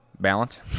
balance